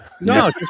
No